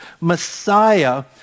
Messiah